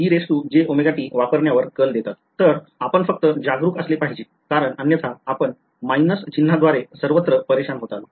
तर आपण फक्त जागरूक असले पाहिजे कारण अन्यथा आपण minus चिन्हाद्वारे सर्वत्र परेशान होताल